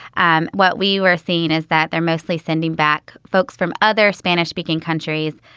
and what we were saying is that they're mostly sending back folks from other spanish speaking countries,